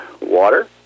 water